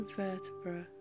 vertebra